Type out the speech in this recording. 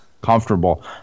comfortable